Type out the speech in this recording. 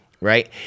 right